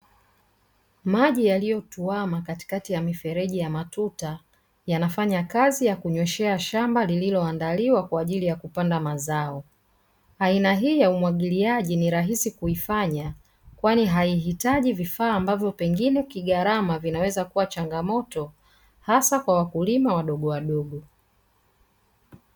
Maji yaliyotuama katikati ya mifereji ya matuta yanafanya kazi ya kunyeshea shamba lililoandaliwa kwa ajili ya kupanda mazao, aina hii ya umwagiliaji ni rahisi kuifanya kwani haihitaji vifaa ambavyo pengine kigarama vinaweza kuwa changamoto hasa kwa wakulima wadogowadogo.